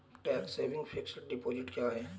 Tax saving fixed deposit क्या है?